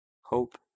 hope